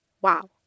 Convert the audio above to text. Wow